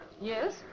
Yes